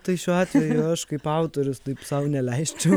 tai šiuo atveju aš kaip autorius taip sau neleisčiau